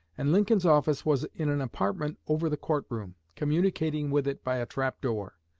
and lincoln's office was in an apartment over the court-room, communicating with it by a trap-door.